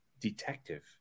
detective